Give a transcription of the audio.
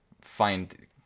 find